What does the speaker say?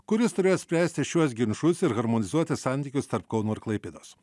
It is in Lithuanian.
kuris turėjo spręsti šiuos ginčus ir harmonizuoti santykius tarp kauno ir klaipėdos